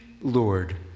Lord